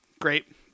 great